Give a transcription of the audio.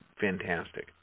fantastic